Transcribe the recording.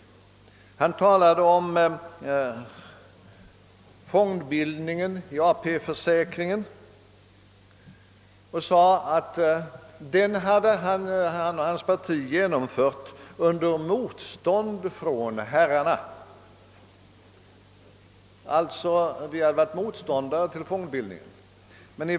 Herr Erlander talade om fondbildningen i AP-försäkringen och sade att den hade han och hans parti genomfört under motstånd från herrarna. Vi skulle alltså ha varit motståndare till fondbildningen.